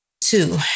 two